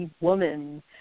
woman